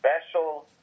special